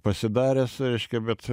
pasidaręs reiškia bet